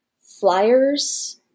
flyers